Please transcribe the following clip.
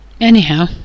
Anyhow